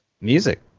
Music